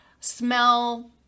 smell